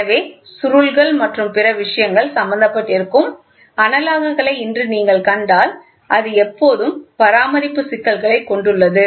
எனவே சுருள்கள் மற்றும் பிற விஷயங்கள் சம்பந்தப்பட்டிருக்கும் அனலாக் களை இன்று நீங்கள் கண்டால் அது எப்போதும் பராமரிப்பு சிக்கல்களைக் கொண்டுள்ளது